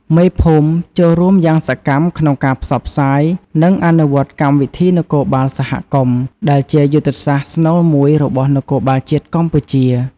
មេភូមិចូលរួមយ៉ាងសកម្មក្នុងការផ្សព្វផ្សាយ និងអនុវត្តកម្មវិធីនគរបាលសហគមន៍ ដែលជាយុទ្ធសាស្ត្រស្នូលមួយរបស់នគរបាលជាតិកម្ពុជា។